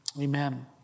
Amen